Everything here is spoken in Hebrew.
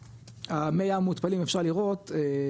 המי ים מותפלים אפשר לראות,